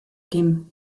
dem